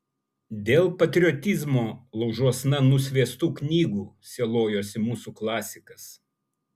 dėl patriotizmo laužuosna nusviestų knygų sielojosi mūsų klasikas